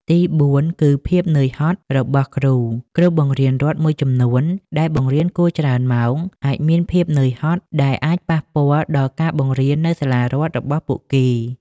ទីបួន គឺភាពនឿយហត់របស់គ្រូ គ្រូបង្រៀនរដ្ឋមួយចំនួនដែលបង្រៀនគួរច្រើនម៉ោង អាចមានភាពនឿយហត់ ដែលអាចប៉ះពាល់ដល់ការបង្រៀននៅសាលារដ្ឋរបស់ពួកគេ។